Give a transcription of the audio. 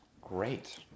Great